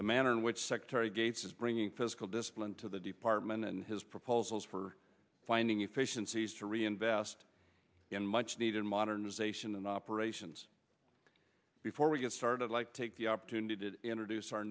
the manner in which secretary gates is bringing fiscal discipline to the department and his proposals for finding efficiencies to reinvest in much needed modernization and operations before we get started like take the opportunity to introduce our